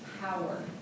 power